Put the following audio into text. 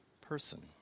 person